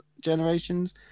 generations